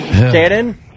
Shannon